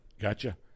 Gotcha